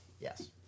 Yes